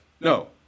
No